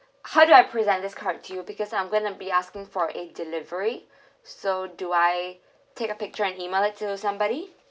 how do I present this card to you because I'm going to be asking for a delivery so do I take a picture and email it to somebody